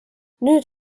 nüüd